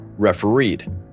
refereed